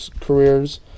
careers